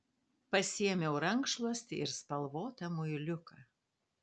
pasiėmiau rankšluostį ir spalvotą muiliuką